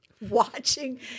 watching